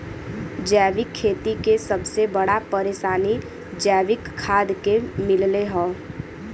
जैविक खेती के सबसे बड़ा परेशानी जैविक खाद के मिलले हौ